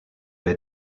elle